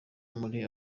muri